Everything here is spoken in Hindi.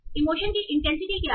इमोशन की इंटेंसिटी क्या है